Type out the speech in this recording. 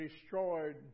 destroyed